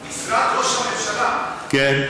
משרד ראש הממשלה, כן.